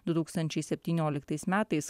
du tūkstančiai septynioliktais metais